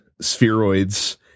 Spheroids